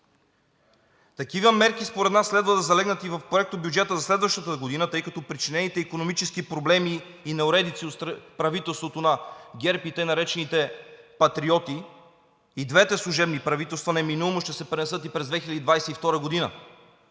Такива мерки според нас следва да залегнат и в проектобюджета за следващата година, тъй като причинените икономически проблеми и неуредици от правителството на ГЕРБ и така наречените Патриоти, и двете служебни правителства, неминуемо ще се пренесат и през 2022 г.,